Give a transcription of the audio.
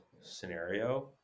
scenario